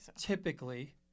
typically